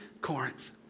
Corinth